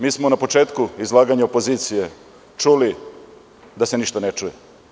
Mi smo na početku izlaganja opozicije čuli da se ništa ne čuje.